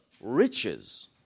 riches